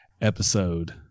episode